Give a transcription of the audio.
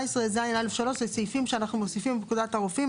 17ז(א)(3) הם סעיפים שאנחנו מוסיפים בפקודת הרופאים.